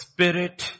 Spirit